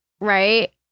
right